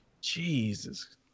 Jesus